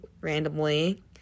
randomly